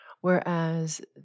Whereas